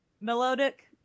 melodic